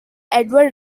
edward